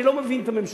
אני לא מבין את הממשלה,